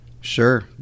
Sure